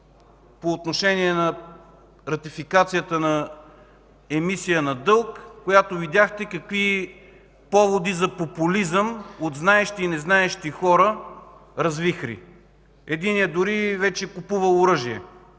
по отношение на ратификацията на емисия на дълг, която видяхте какви поводи за популизъм от знаещи и незнаещи хора развихри. Единият дори вече купува оръжие.